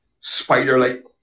spider-like